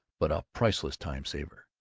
but a priceless time-saver.